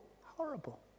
horrible